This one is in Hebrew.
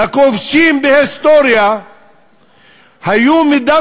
לכובשים בהיסטוריה הייתה מידת